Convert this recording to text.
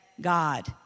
God